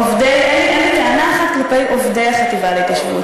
אין לי טענה אחת כלפי עובדי החטיבה להתיישבות.